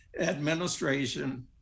administration